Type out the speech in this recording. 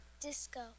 Disco